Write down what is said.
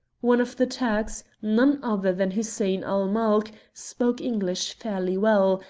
one of the turks, none other than hussein-ul-mulk, spoke english fairly well,